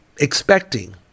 expecting